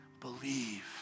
believe